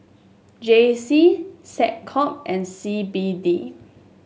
J C SecCom and C B D